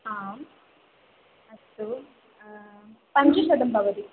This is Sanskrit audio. आम् अस्तु पञ्चशतं भवति